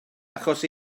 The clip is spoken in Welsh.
achos